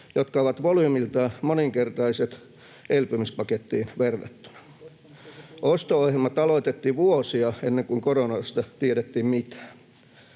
jotka ovat volyymiltaan moninkertaiset elpymispakettiin verrattuna. Osto-ohjelmat aloitettiin vuosia ennen kuin koronasta tiedettiin mitään.